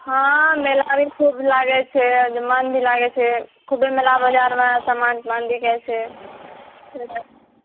हँ मेला भी खूब लागैत छै मन भी लागैत छै खूबे मेला बजारमऽ समान तमान भी बिकैत छै